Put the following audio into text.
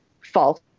false